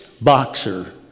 boxer